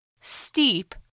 Steep